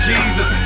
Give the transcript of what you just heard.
Jesus